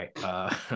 right